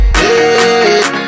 hey